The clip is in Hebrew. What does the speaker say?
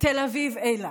תל אביב אילת,